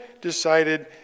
decided